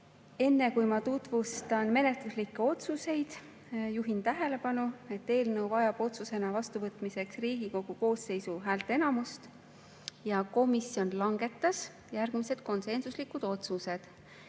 kui ma tutvustan menetluslikke otsuseid, juhin tähelepanu, et eelnõu vajab otsusena vastuvõtmiseks Riigikogu koosseisu häälteenamust. Komisjon langetas järgmised konsensuslikud otsused.